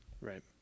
Right